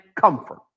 comfort